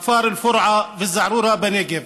בכפר אל-פרעה ובזערורה בנגב.